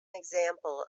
example